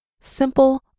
simple